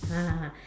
ah